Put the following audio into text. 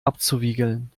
abzuwiegeln